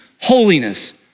holiness